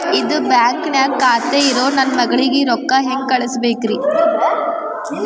ಇದ ಬ್ಯಾಂಕ್ ನ್ಯಾಗ್ ಖಾತೆ ಇರೋ ನನ್ನ ಮಗಳಿಗೆ ರೊಕ್ಕ ಹೆಂಗ್ ಕಳಸಬೇಕ್ರಿ?